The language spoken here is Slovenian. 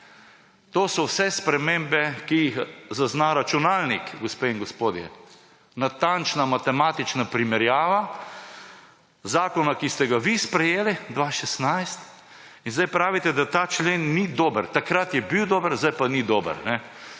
To so vse spremembe, ki jih zazna računalnik, gospe in gospodje, natančna matematična primerjava zakona, ki ste ga vi sprejeli 2016. In sedaj pravite, da ta člen ni dober. Takrat je bil dober, sedaj pa ni dober.